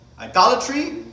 Idolatry